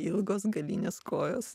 ilgos galinės kojos